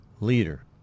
leader